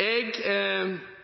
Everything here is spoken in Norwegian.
Jeg